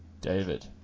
David